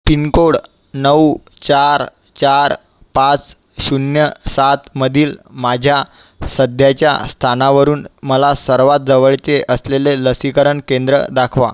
pin code नऊ चार चार पाच शून्य सातमधील माझ्या सध्याच्या स्थानावरून मला सर्वात जवळचे असलेले लसीकरण केंद्र दाखवा